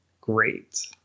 great